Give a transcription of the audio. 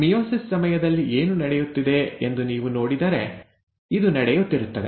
meiosis ಸಮಯದಲ್ಲಿ ಏನು ನಡೆಯುತ್ತಿದೆ ಎಂದು ನೀವು ನೋಡಿದರೆ ಇದು ನಡೆಯುತ್ತಿರುತ್ತದೆ